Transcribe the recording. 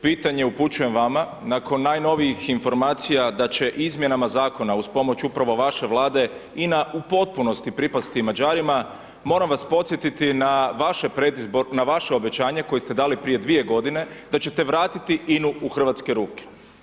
Pitanje upućujem vama nakon najnovijih informacija da će izmjenama zakona uz pomoć upravo vaše Vlade, INA u potpunosti pripasti Mađarima, moram vas podsjetiti na vaše obećanje koje ste dali prije 2 g. da ćete vratiti INA-u u hrvatske ruke.